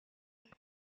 nkuru